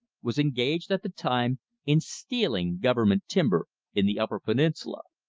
was engaged at the time in stealing government timber in the upper peninsula.